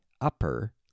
upper